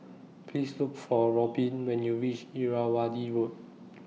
Please Look For Robyn when YOU REACH Irrawaddy Road